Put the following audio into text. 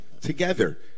together